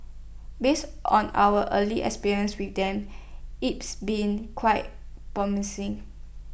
based on our early experience with them it's been quite promising